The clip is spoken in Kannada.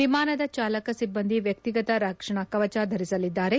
ವಿಮಾನದ ಚಾಲಕ ಸಿಬ್ಬಂದಿ ವ್ಯಕ್ತಿಗತ ರಕ್ಷಣಾ ಕವಚ ಧಿಸಲಿದ್ದಾರೆ